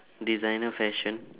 designer fashion